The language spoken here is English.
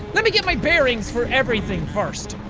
let me get my bearings for everything first